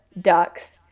ducks